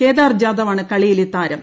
കേദാർ ജാദവാണ് കളിയിലെതാരം